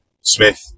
Smith